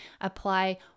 apply